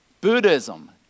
Buddhism